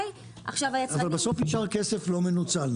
אבל בסוף נשאר כסף לא מנוצל.